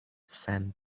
sand